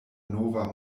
nova